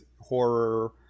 horror